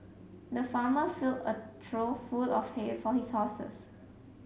the farmer filled a trough full of hay for his horses